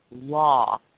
law